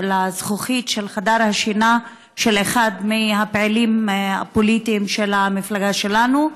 לזכוכית של חדר השינה של אחד מהפעילים הפוליטיים של המפלגה שלנו,